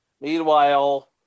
Meanwhile